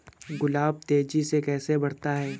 गुलाब तेजी से कैसे बढ़ता है?